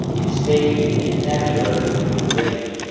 and stay in the natural human range,